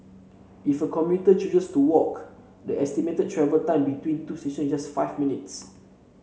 if a commuter chooses to walk the estimated travel time between two stations just five minutes